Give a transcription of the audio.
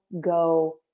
go